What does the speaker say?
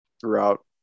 throughout